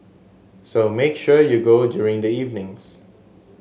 so make sure you go during the evenings